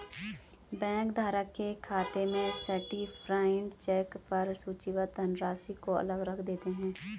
bank धारक के खाते में सर्टीफाइड चेक पर सूचीबद्ध धनराशि को अलग रख देते हैं